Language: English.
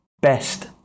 best